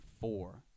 four